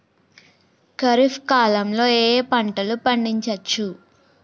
ఖరీఫ్ కాలంలో ఏ ఏ పంటలు పండించచ్చు?